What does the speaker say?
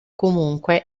comunque